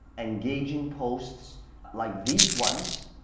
engaging posts like these ones